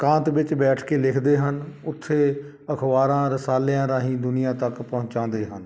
ਇਕਾਂਤ ਵਿੱਚ ਬੈਠ ਕੇ ਲਿਖਦੇ ਹਨ ਉੱਥੇ ਅਖ਼ਬਾਰਾਂ ਰਸਾਲਿਆਂ ਰਾਹੀਂ ਦੁਨੀਆਂ ਤੱਕ ਪਹੁੰਚਾਉਂਦੇ ਹਨ